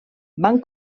van